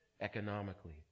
economically